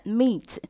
meat